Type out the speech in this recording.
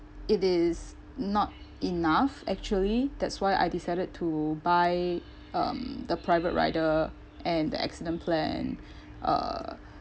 it is not enough actually that's why I decided to buy um the private rider and the accident plan uh